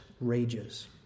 rages